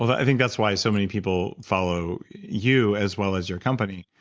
ah i think that's why so many people follow you as well as your company,